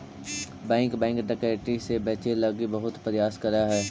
bank bank डकैती से बचे लगी बहुत प्रयास करऽ हइ